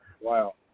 Wow